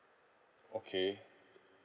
okay